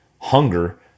hunger